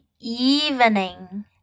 evening